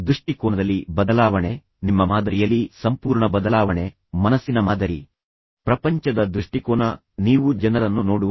ದೃಷ್ಟಿಕೋನದಲ್ಲಿ ಬದಲಾವಣೆ ನಿಮ್ಮ ಮಾದರಿಯಲ್ಲಿ ಸಂಪೂರ್ಣ ಬದಲಾವಣೆ ಮನಸ್ಸಿನ ಮಾದರಿ ಪ್ರಪಂಚದ ದೃಷ್ಟಿಕೋನ ನೀವು ಜನರನ್ನು ನೋಡುವ ರೀತಿ